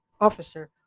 officer